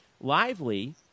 lively